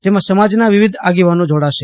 જેમાં સમાજના વિવિધ આગેવાનો જોડાશે